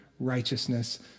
righteousness